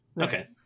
Okay